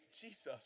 Jesus